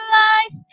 life